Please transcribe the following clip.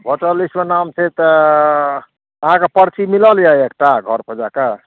voter लिस्टमे नाम छै तऽ अहाँके परची मिलल यऽ एकटा घरपर जाके